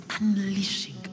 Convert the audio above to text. unleashing